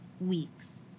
weeks